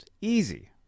Easy